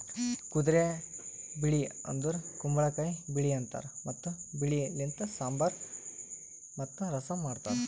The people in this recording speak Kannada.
ಕುದುರೆ ಬೆಳಿ ಅಂದುರ್ ಕುಂಬಳಕಾಯಿ ಬೆಳಿ ಅಂತಾರ್ ಮತ್ತ ಬೆಳಿ ಲಿಂತ್ ಸಾಂಬಾರ್ ಮತ್ತ ರಸಂ ಮಾಡ್ತಾರ್